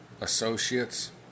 associates